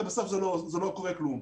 ובסוף לא קורה כלום.